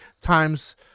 times